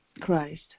Christ